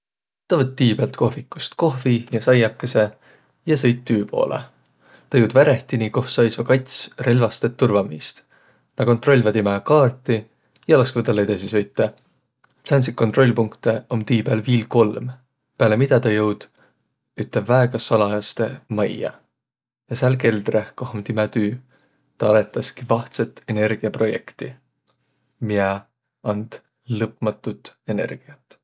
Tä võtt tii päält kohvikust kohvi ja saiakõsõ ja sõit tüü poolõ. Tä joud värehtini, koh saisvaq kats relvästet turvamiist. Nä kontrolvaq timä kaarti ja laskvaq täl edesi sõitaq. Sääntsit kontrollpunktõ om tii pääl viil kolm, pääle midä tä joud ütte väega salajastõ majja. Ja sääl keldreh, koh om timä tüü, tä arõtaski vahtsõt energiäprojekti, miä and lõpmatut energiät.